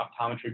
optometry